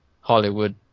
Hollywood